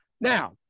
Now